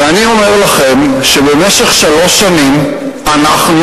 ואני אומר לכם שבמשך שלוש שנים אנחנו